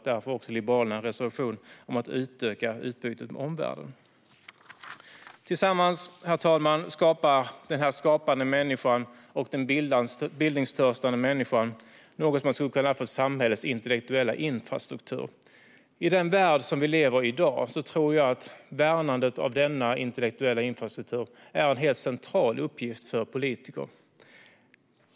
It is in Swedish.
Därför har Liberalerna en reservation om att utöka utbytet med omvärlden. Herr talman! Tillsammans skapar den skapande och bildningstörstande människan något som jag skulle kalla för samhällets intellektuella infrastruktur. I den värld vi lever i i dag tror jag att värnandet av denna intellektuella infrastruktur är en helt central uppgift för politiker.